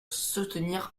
soutenir